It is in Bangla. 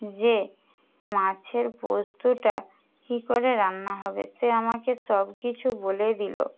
যে মাছের পোস্তটা কী করে রান্না হবে সে আমাকে সব কিছু বলে দিলো